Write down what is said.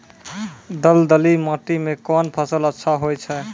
दलदली माटी म कोन फसल अच्छा होय छै?